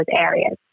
areas